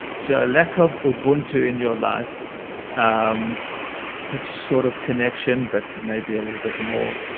so a lack of ubuntu in your life um which is sort of connection but maybe a little bit more,